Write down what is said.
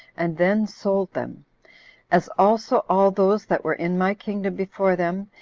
and then sold them as also all those that were in my kingdom before them,